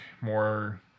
more